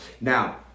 now